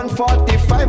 145